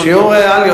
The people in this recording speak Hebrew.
שיהיו ריאליות.